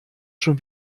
schon